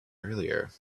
earlier